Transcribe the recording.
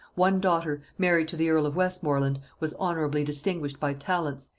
one daughter, married to the earl of westmorland, was honorably distinguished by talents,